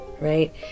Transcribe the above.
right